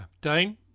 Dane